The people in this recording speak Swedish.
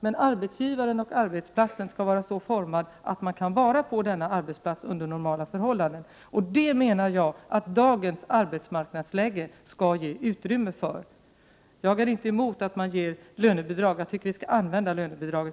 Men arbetsplatsen skall vara utformad så att man kan vara på den under normala förhållanden. Det skall dagens arbetsmarknadsläge ge utrymme för, menar jag. Jag är inte emot att man ger lönebidrag. Jag tycker att vi skall använda lönebidraget.